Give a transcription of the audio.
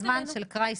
למי פונים בזמן של משבר,